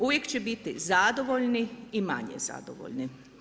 Uvijek će biti zadovoljni i manje zadovoljni.